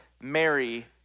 Mary